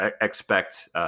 expect